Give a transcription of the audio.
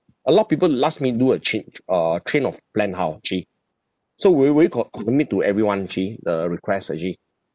a lot of people last minute do a change a change of plan how actually so will you will you co~ commit to everyone actually the request actually